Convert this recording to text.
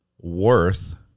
worth